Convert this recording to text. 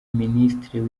minisitiri